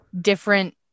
different